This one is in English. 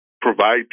provide